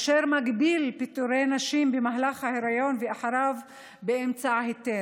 אשר מגביל פיטורי נשים במהלך ההיריון ואחריו באמצעות היתר.